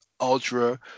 ultra